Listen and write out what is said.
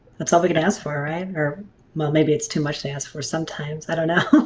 that's all we can ask for right? or well maybe it's too much to ask for sometimes i don't know.